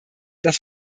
das